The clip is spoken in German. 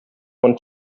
von